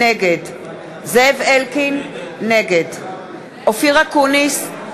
נגד זאב אלקין, נגד אופיר אקוניס,